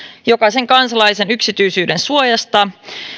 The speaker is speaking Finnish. jokaisen kansalaisen yksityisyydensuojasta